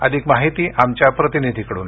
अधिक माहिती आमच्या प्रतिनिधीकडून